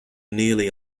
nearly